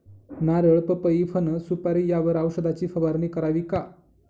नारळ, पपई, फणस, सुपारी यावर औषधाची फवारणी करावी का?